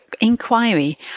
inquiry